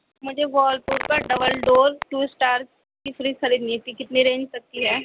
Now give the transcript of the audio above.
مجھے والپور کا double door two star کی فریج خریدنی تھی کتنے رینج تک کی ہے